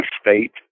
state